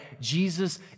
Jesus